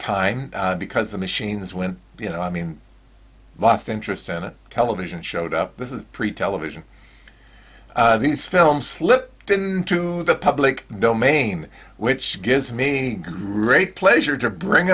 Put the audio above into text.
time because the machines when you know i mean lost interest in television showed up this is pre television these films slip into the public domain which gives me ray pleasure to bring